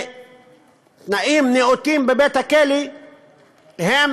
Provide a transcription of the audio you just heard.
תנאים נאותים בבית-הכלא הם